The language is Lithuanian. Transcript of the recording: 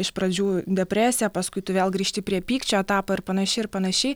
iš pradžių depresija paskui tu vėl grįžti prie pykčio etapo ir panašiai ir panašiai